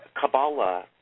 Kabbalah